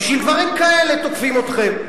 בשביל דברים כאלה תוקפים אתכם.